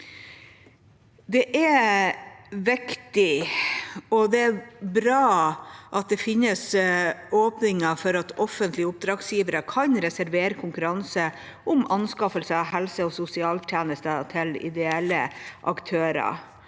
Det er viktig, og det er bra, at det finnes åpninger for at offentlige oppdragsgivere kan reservere konkurranser om anskaffelse av helse- og sosialtjenester til ideelle aktører,